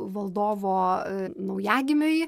valdovo a naujagimiui